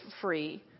free